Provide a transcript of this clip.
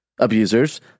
abusers